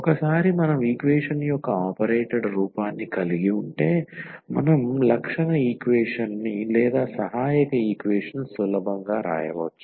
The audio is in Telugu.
ఒకసారి మనం ఈక్వేషన్ యొక్క ఆపరేటెడ్ రూపాన్ని కలిగి ఉంటే మనం లక్షణ ఈక్వేషన్ ని లేదా సహాయక ఈక్వేషన్ సులభంగా వ్రాయవచ్చు